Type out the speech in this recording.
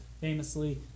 famously